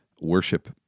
worship